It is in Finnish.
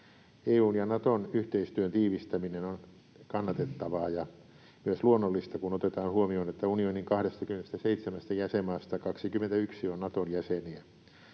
EU:n ja Naton yhteistyön tiivistäminen on kannatettavaa ja myös luonnollista, kun otetaan huomioon, että unionin 27 jäsenmaasta 21 on Naton jäseniä.